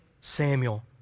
Samuel